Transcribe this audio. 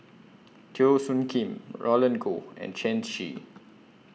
Teo Soon Kim Roland Goh and Shen Xi